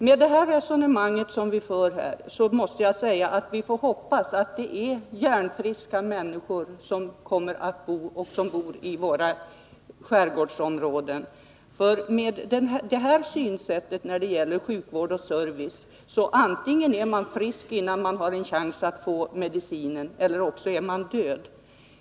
Med tanke på det resonemang som här förs måste jag säga att vi får hoppas att det är friska människor, människor med järnhälsa, som bor i våra skärgårdsområden, för med det här synsättet i fråga om sjukvård och service är det antingen så, att man är frisk innan man har en chans att få medicin eller också är man död.